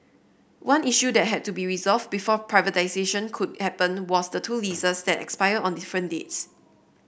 one issue that had to be resolved before privatisation could happen was the two leases that expire on different dates